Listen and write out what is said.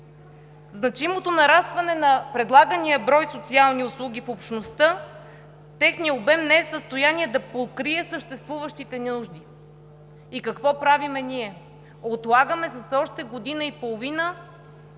значимото нарастване на предлагания брой социални услуги в общността, техният обем не е в състояние да покрие съществуващите нужди. И какво правим ние? Отлагаме с още година и половина